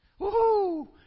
Woohoo